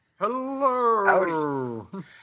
Hello